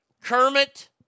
Kermit